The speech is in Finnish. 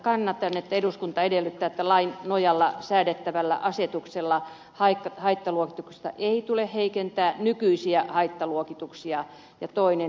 eduskunta edellyttää että lain nojalla säädettävällä asetuksella haittaluokituksesta ei tule heikentää nykyisiä haittaluokituksia ja toinen